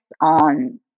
on